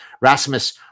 Rasmus